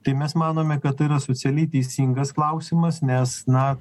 tai mes manome kad yra socialiai teisingas klausimas nes na